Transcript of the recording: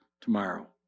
tomorrow